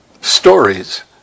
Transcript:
stories